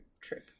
trip